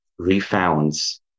refounds